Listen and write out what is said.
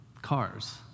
cars